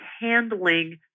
handling